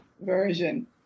version